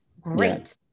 Great